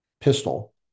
pistol